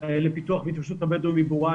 לפיתוח והתיישבות הבדואים היא ברורה.